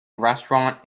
restaurant